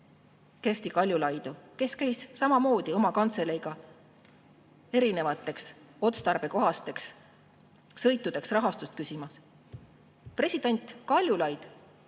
Kersti Kaljulaidi, kes käis samamoodi oma kantseleiga erinevateks otstarbekohasteks sõitudeks rahastust küsimas. President Kaljulaid